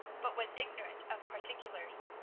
but was ignorant of particulars.